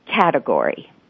category